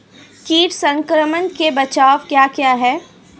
कीट संक्रमण के बचाव क्या क्या हैं?